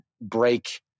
break